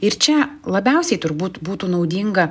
ir čia labiausiai turbūt būtų naudinga